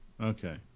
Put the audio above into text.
okay